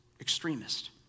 extremist